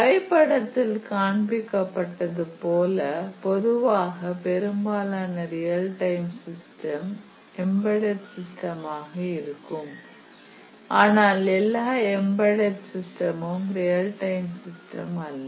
வரைபடத்தில் காண்பிக்கப்பட்டது போல பொதுவாக பெரும்பாலான real time system embedded system ஆக இருக்கும் ஆனால் எல்லா எம்பெட்டெட் சிஸ்டமும் ரியல் டைம் சிஸ்டம் அல்ல